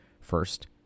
First